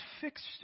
fixed